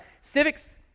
civics